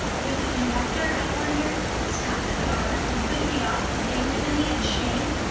would the conductor, i wondered, stop the car and put me off in ignominy and shame?